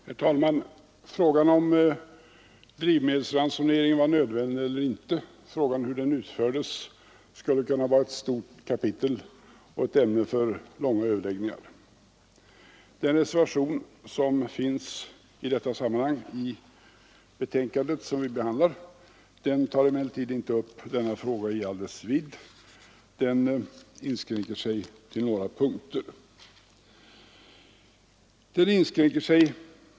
Herr talman! Frågan om huruvida drivmedelsransoneringen var nödvändig eller inte och om hur den utfördes skulle kunna vara ett stort kapitel och ett ämne för långa överläggningar. I den reservation som finns i detta sammanhang tar vi emellertid inte upp denna fråga i all dess vidd utan inskränker oss till några punkter.